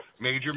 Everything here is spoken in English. major